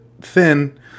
thin